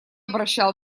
обращал